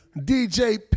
DJ